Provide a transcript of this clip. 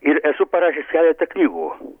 ir esu parašęs keletą knygų